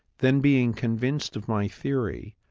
then being convinced of my theory,